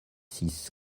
six